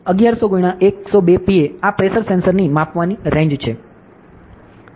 300x102 Pa થી 1100x102 Pa આ pressure સેન્સરની માપવાની રેંજ છે